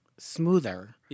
smoother